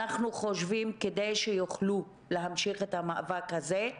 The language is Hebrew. כדי שיוכלו להמשיך את המאבק הזה,